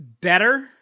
Better